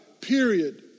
period